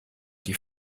die